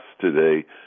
today